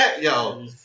yo